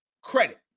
credit